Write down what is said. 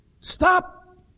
Stop